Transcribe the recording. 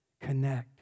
Connect